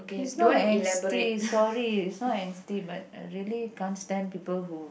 it's not angsty sorry is not angsty but I really can't stand people who